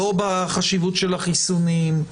לא בחשיבות של החיסונים,